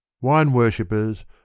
Wine-worshippers